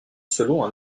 selon